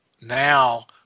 now